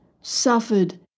suffered